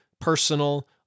personal